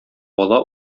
бала